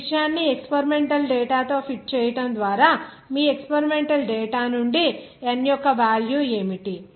ఈ విషయాన్ని experimental data తో ఫిట్ చేయటం ద్వారా మీ ఎక్స్పెరిమెంటల్ డేటా నుండి n యొక్క వేల్యూ ఏమిటి